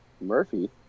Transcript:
Murphy